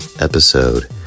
episode